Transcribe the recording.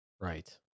right